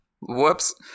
Whoops